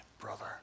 brother